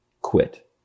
quit